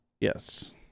Yes